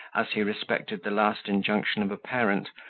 as he respected the last injunction of a parent,